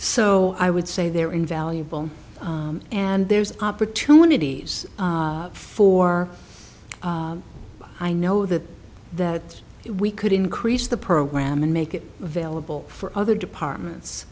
so i would say they're invaluable and there's opportunities for i know that that we could increase the program and make it available for other departments